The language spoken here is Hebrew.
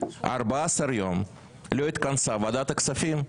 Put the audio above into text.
במשך 14 יום לא התכנסה ועדת הכספים.